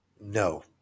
No